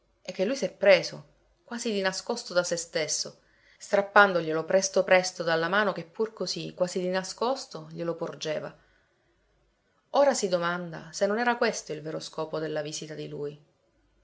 e che lui s'è preso quasi di nascosto da se stesso strappandoglielo presto presto dalla mano che pur così quasi di nascosto glielo porgeva ora si domanda se non era questo il vero scopo della visita di lui